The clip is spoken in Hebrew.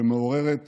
שמעוררת